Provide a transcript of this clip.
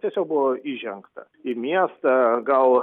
tiesiog buvo įžengta į miestą gal